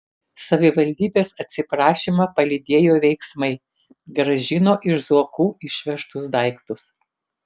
savivaldybės atsiprašymą palydėjo veiksmai grąžino iš zuokų išvežtus daiktus